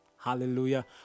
Hallelujah